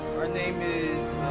our name is,